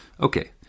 Okay